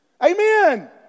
Amen